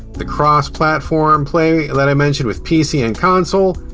the cross platform play that i mentioned with pc and console,